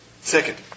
Second